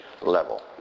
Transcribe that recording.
level